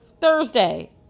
Thursday